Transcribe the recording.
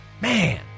man